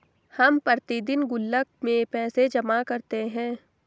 हम प्रतिदिन गुल्लक में पैसे जमा करते है